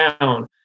down